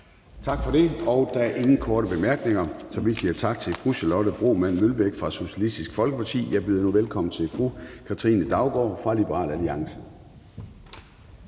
Tak for det. Der er ingen korte bemærkninger, så vi siger tak til fru Charlotte Broman Mølbæk fra Socialistisk Folkeparti. Jeg byder nu velkommen til fru Katrine Daugaard fra Liberal Alliance.